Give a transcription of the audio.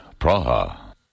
Praha